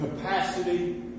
capacity